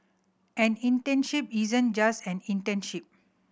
an internship isn't just an internship